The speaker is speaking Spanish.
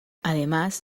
además